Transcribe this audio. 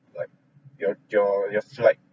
like your your your flight